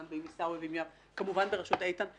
שי ועם עיסאווי פריג' וכמובן בראשות איתן כבל,